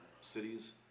cities